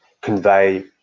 convey